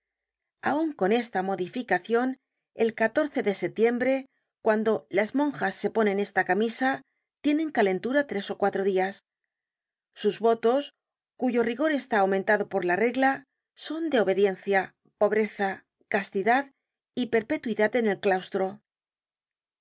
aun con esta modificacion el de setiembre cuando las monjas se ponen esta camisa tienen calentura tres ó cuatro dias sus votos cuyo rigor está aumentado por la regla son de obediencia pobreza castidad y perpetuidad en el claustro la